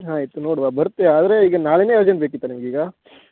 ಆಯ್ತು ನೋಡುವ ಬರ್ತೆ ಆದರೆ ಈಗ ನಾಳೆಯೇ ಅರ್ಜೆಂಟ್ ಬೇಕಿತ್ತಾ ನಿಮ್ಗೆ ಈಗ